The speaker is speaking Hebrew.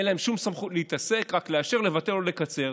אין להן שום סמכות להתעסק, רק לאשר, לבטל או לקצר.